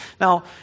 Now